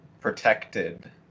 protected